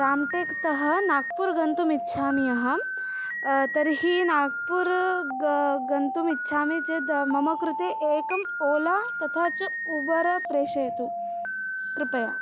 रामटेकतः नागपुरं गन्तुम् इच्छामि अहं तर्हि नागपुरं ग गन्तुम् इच्छामि चेद् मम कृते एकम् ओला तथा च उबर् प्रेषयतु कृपया